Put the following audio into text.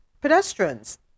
pedestrians